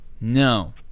no